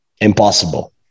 impossible